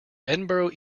edinburgh